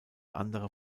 andere